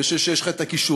אני חושב שיש לך הכישורים,